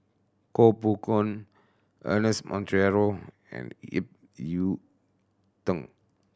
Koh Poh Koon Ernest Monteiro and Ip Yiu Tung